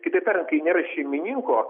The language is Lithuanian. kitaip tariant kai nėra šeimininko